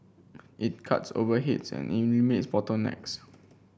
it cuts overheads and bottlenecks